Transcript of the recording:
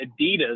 Adidas